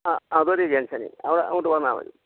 ആ ജങ്ഷനിൽ അങ്ങോട്ട് വന്നാൽ മതി